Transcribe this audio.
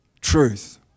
Truth